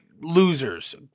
Losers